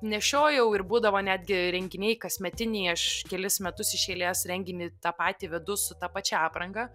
nešiojau ir būdavo netgi renginiai kasmetiniai aš kelis metus iš eilės renginį tą patį vedu su ta pačia apranga